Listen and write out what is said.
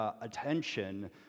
attention